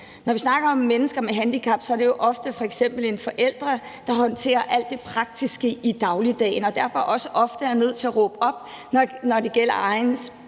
Når vi snakker om mennesker med handicap, er det jo ofte f.eks. en forælder, der håndterer alt det praktiske i dagligdagen og derfor også ofte er nødt til at råbe op, når det gælder eget barns